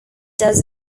does